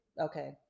okay